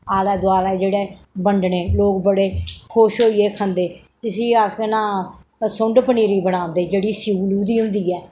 आलै दोआलै जेह्ड़े बंडने लोक बड़े खुश होइयै खंदे इस्सी अस केह् नां सुंढ पनीरी बनांदे जेह्ड़ी स्यूली दी होंदी ऐ